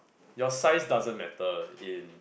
your size doesn't matter in